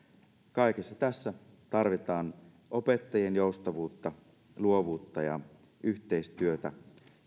kaikessa tässä tarvitaan opettajien joustavuutta luovuutta ja yhteistyötä